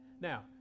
Now